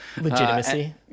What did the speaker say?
Legitimacy